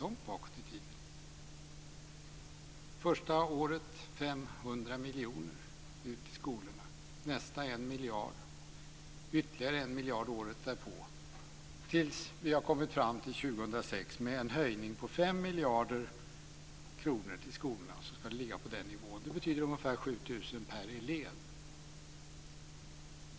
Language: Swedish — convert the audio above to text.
Det är första året 500 miljoner till skolorna. Nästa år är det 1 miljard. Det är ytterligare 1 miljard året därpå, tills vi har kommit fram till år 2006 med en höjning på 5 miljarder kronor till skolorna. Det betyder ungefär 7 000 kr per elev.